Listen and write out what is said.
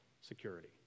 security